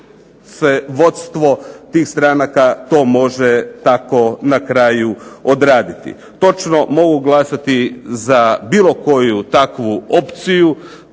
vodstvo tih stranaka se to može na kraju odraditi. Točno mogu glasati za bilo koju takvu opciju,